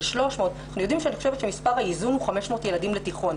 של 300. אני חושבת שמספר האיזון הוא 500 ילדים לתיכון,